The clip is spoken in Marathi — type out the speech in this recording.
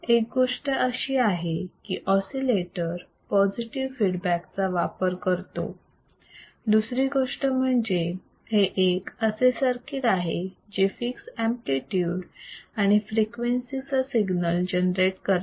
एक गोष्ट अशी आहे की ऑसिलेटर पॉझिटिव्ह फीडबॅक चा वापर करतो दुसरी गोष्ट म्हणजे ऑसिलेटर हे एक असे सर्किट आहे जे फिक्स एम्पलीट्यूड आणि फ्रिक्वेन्सी चा सिग्नल जनरेट करते